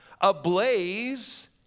ablaze